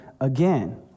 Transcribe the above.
again